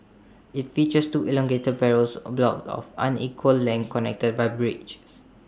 IT features two elongated parachute blocks of unequal length connected by bridges